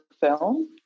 film